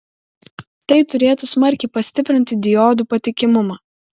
tai turėtų smarkiai pastiprinti diodų patikimumą